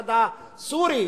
לצד הסורי,